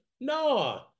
no